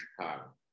Chicago